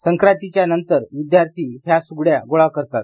संक्रातीनंतर विद्यार्थी ह्या सुगड्या गोळा करतात